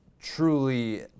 truly